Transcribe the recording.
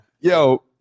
yo